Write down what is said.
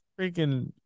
Freaking